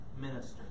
minister